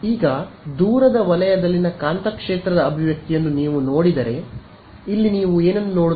ಈಗ ದೂರದ ವಲಯದಲ್ಲಿನ ಕಾಂತಕ್ಷೇತ್ರದ ಅಭಿವ್ಯಕ್ತಿಯನ್ನು ನೀವು ನೋಡಿದರೆ ಇಲ್ಲಿ ನೀವು ಏನು ನೋಡುತ್ತೀರಿ